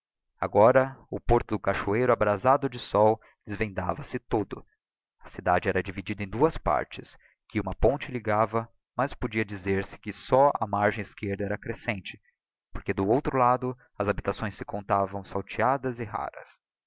agora o porto do cachoeiro abrasado de sol desvendava se todo a cidade era dividida em duas partes que uma ponte ligava mas podia dizer-se que só á margem esquerda era crescente porque do outro lado as habitações se contavam salteadas e raras